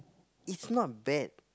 it's not bat